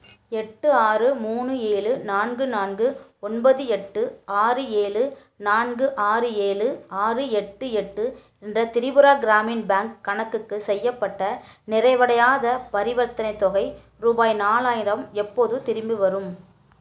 எட்டு ஆறு மூணு ஏழு நான்கு நான்கு ஒன்பது எட்டு ஆறு ஏழு நான்கு ஆறு ஏழு ஆறு எட்டு எட்டு என்ற திரிபுரா கிராமின் பேங்க் கணக்குக்குச் செய்யப்பட்ட நிறைவடையாத பரிவர்த்தனைத் தொகை ரூபாய் நாலாயிரம் எப்போது திரும்பி வரும்